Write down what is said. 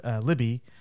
Libby